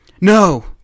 No